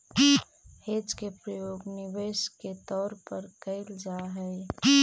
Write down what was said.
hedge के प्रयोग निवेश के तौर पर कैल जा हई